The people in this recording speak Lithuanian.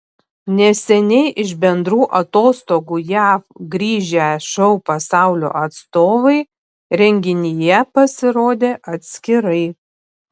neseniai iš bendrų atostogų jav grįžę šou pasaulio atstovai renginyje pasirodė atskirai